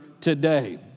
today